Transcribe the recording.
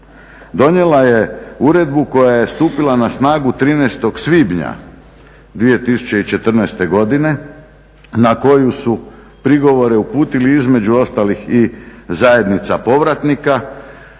Donijela je uredbu koja je stupila na snagu 13.5.2014. godine na koju su prigovore uputili između ostalih i zajednica povratnika